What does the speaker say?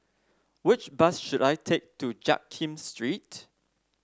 which bus should I take to Jiak Kim Street